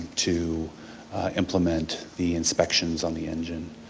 to implement the inspections on the engine.